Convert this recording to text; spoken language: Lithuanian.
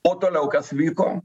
o toliau kas vyko